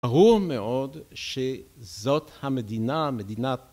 ‫ברור מאוד שזאת המדינה, ‫המדינה הטובה